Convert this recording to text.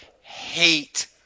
hate